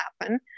happen